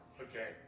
Okay